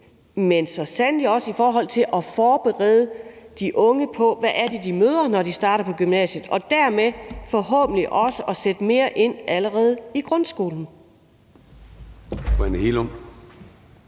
men så sandelig også i forhold til at forberede de unge på, hvad det er, de møder, når de starter på gymnasiet. Derved kunne vi forhåbentlig også sætte mere ind allerede i grundskolen. Kl.